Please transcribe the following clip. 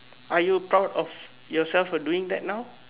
are you proud of yourself for doing that now